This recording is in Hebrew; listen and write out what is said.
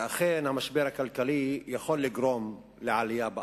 אכן, המשבר הכלכלי יכול לגרום לעלייה באבטלה,